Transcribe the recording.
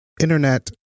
internet